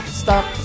stop